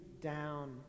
down